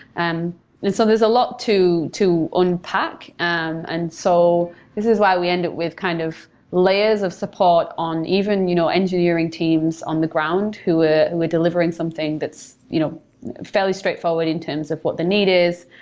and and so there's a lot to to unpack, um and so this is why we end up with kind of layers of support on even you know engineer teams on the ground who ah were delivering something that's you know fairly straightforward in terms of what the need is.